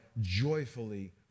joyfully